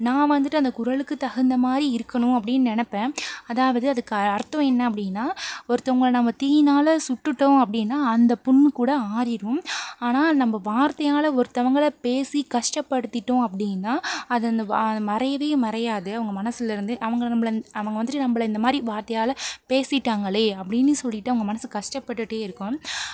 நான் வந்துட்டு அந்த குறளுக்கு தகுந்த மாதிரி இருக்கணும் அப்படின்னு நெனைப்பேன் அதாவது அதுக்கு அர்த்தம் என்ன அப்படின்னா ஒருத்தவங்களை நம்ம தீயினால் சுட்டுட்டோம் அப்படின்னா அந்த புண்ணுக்கூட ஆறிடும் ஆனால் நம்ம வார்த்தையால ஒருத்தவங்கள பேசி கஷ்டப்படுத்திட்டோம் அப்படின்னா அது அந்த வா மறையவே மறையாது அவங்க மனசுலேருந்து அவங்க நம்மள அவங்க வந்துட்டு நம்மள இந்தமாதிரி வார்த்தையால் பேசிட்டாங்களே அப்படின்னு சொல்லிவிட்டு அவங்க மனது கஷ்டப்பட்டுட்டேயிருக்கும்